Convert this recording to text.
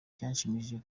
byanshimishije